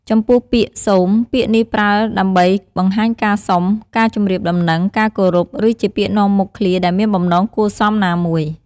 ចំពោះពាក្យ សូម ពាក្យនេះប្រើដើម្បីបង្ហាញការសុំ ការជម្រាបដំណឹង ការគោរព ឬជាពាក្យនាំមុខឃ្លាដែលមានបំណងគួរសមណាមួយ។